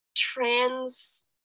Trans